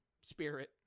spirit